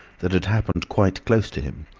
that had happened quite close to him.